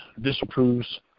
disapproves